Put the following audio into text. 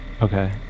Okay